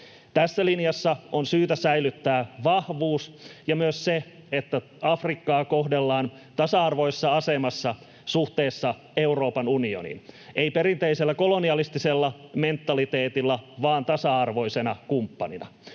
Tässä linjassa on syytä säilyttää vahvuus ja myös se, että Afrikkaa kohdellaan tasa-arvoisessa asemassa suhteessa Euroopan unioniin, ei perinteisellä kolonialistisella mentaliteetilla vaan tasa-arvoisena kumppanina.